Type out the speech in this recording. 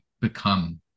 become